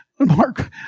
Mark